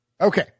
Okay